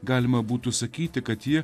galima būtų sakyti kad jie